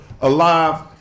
Alive